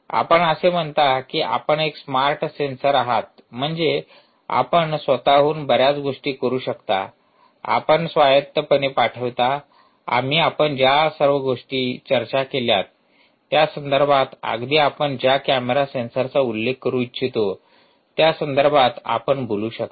आपण असे म्हणता की आपण एक स्मार्ट सेन्सर आहात म्हणजे आपण स्वत हून बर्याच गोष्टी करू शकता आपण स्वायत्तपणे पाठविता आम्ही आपण ज्या सर्व गोष्टी चर्चा केल्या त्या संदर्भात अगदी आपण ज्या कॅमेरा सेन्सरचा उल्लेख करू इच्छितो त्या संदर्भात आपण बोलू शकता